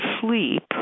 sleep